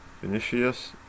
Vinicius